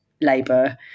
Labour